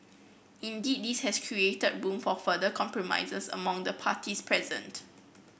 indeed this has created room for further compromises among the parties present